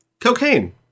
cocaine